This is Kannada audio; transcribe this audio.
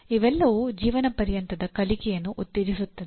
ಇವೆಲ್ಲವೂ ಜೀವನಪರ್ಯಂತದ ಕಲಿಕೆಯನ್ನು ಉತ್ತೇಜಿಸುತ್ತದೆ